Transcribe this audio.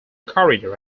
corridor